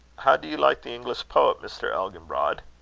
how do you like the english poet, mr. elginbrod?